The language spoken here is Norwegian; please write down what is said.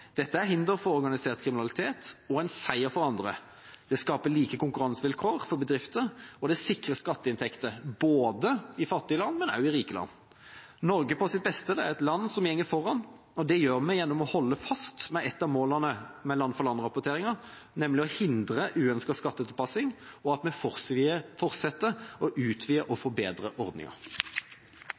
Dette er til hinder for organisert kriminalitet og en seier for andre. Det skaper like konkurransevilkår for bedrifter, og det sikrer skatteinntekter – både i fattige land og i rike land. Norge på sitt beste er et land som går foran. Det gjør vi gjennom å holde fast ved et av målene for land-for-land-rapporteringa, nemlig å hindre uønsket skattetilpasning, og fortsetter å utvide og forbedre ordninga.